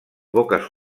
boques